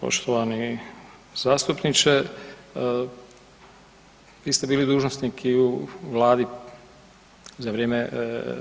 Poštovani zastupniče, vi ste bili dužnosnik i u Vladi za vrijeme